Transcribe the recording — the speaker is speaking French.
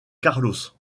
carlos